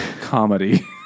comedy